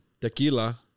tequila